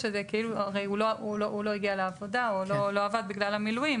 הזה הרי הוא לא הגיע לעבודה או לא עבד בגלל המילואים,